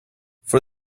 for